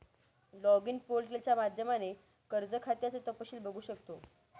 login पोर्टलच्या माध्यमाने कर्ज खात्याचं तपशील बघू शकतो